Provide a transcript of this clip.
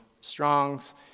Strong's